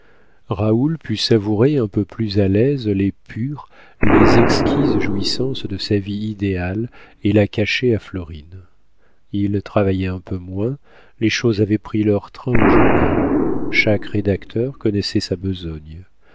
raoul put savourer un peu plus à l'aise les pures les exquises jouissances de sa vie idéale et la cacher à florine il travaillait un peu moins les choses avaient pris leur train au journal chaque rédacteur connaissait sa besogne